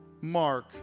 Mark